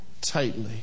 tightly